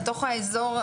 לתוך האזור,